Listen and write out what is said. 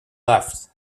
left